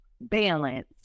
balance